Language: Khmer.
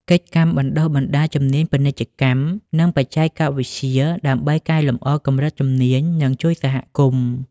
កិច្ចកម្មបណ្តុះបណ្តាលជំនាញពាណិជ្ជកម្ម និងបច្ចេកវិទ្យា ដើម្បីកែលម្អកម្រិតជំនាញនិងជួយសហគមន៍។